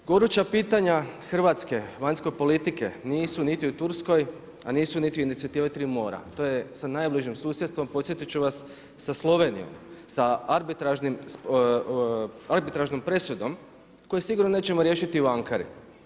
Goruća pitanja Hrvatske, vanjske politike nisu niti u Turskoj, a nisu niti u inicijativi Tri mora, to je sa najbližim susjedstvom, podsjetit ću vas, sa Slovenijom, sa arbitražnom presudom koju sigurno nećemo riješiti u Ankari.